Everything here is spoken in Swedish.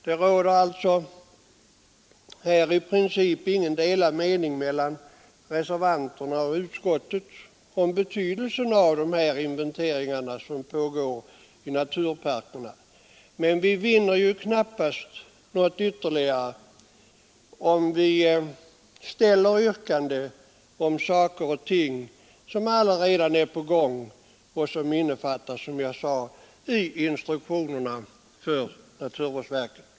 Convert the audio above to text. I princip råder det inga delade meningar mellan reservanterna och utskottsmajoriteten om betydelsen av de inventeringar som pågår i naturparkerna, men vi vinner knappast något ytterligare om vi framställer yrkanden om saker och ting som allaredan är på gång och som dessutom innefattas i instruktionerna för naturvårdsverket.